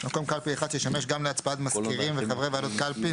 מקום קלפי אחד שישמש גם להצבעת מזכירים וחברי ועדת קלפי,